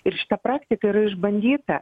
ir šita praktika yra išbandyta